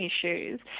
issues